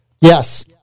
Yes